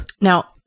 Now